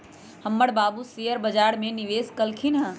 हमर बाबू शेयर बजार में निवेश कलखिन्ह ह